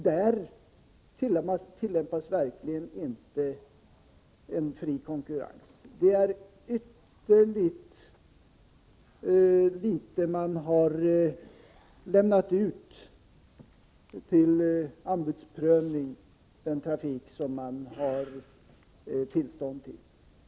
Där tillämpas verkligen inte någon fri konkurrens — det är ytterligt litet man har lämnat ut till anbudsprövning beträffande den trafik som man har tillstånd till.